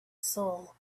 soul